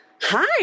hi